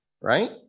Right